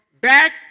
back